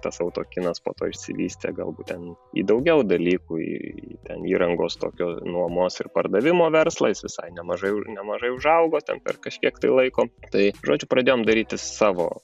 tas autokinas po to išsivystė galbūt ten į daugiau dalykų į ten įrangos tokio nuomos ir pardavimo verslą jis visai nemažai nemažai užaugo ten per kažkiek tai laiko tai žodžiu pradėjom daryti savo